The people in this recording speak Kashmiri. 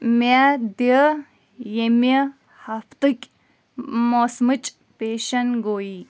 مے دِ ییٚمِہ ہفتٕکۍ موسمٕچ پیشن گویی